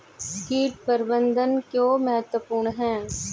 कीट प्रबंधन क्यों महत्वपूर्ण है?